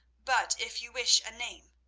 but if you wish a name,